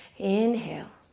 inhale.